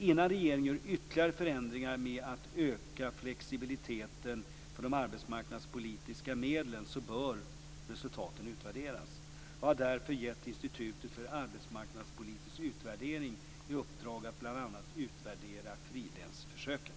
Innan regeringen gör ytterligare förändringar med att öka flexibiliteten för de arbetsmarknadspolitiska medlen bör resultaten utvärderas. Jag har därför gett Institutet för arbetsmarknadspolitisk utvärdering i uppdrag att bl.a. utvärdera frilänsförsöken.